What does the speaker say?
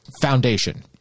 foundation